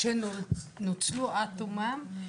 שנוצלו עד תומם.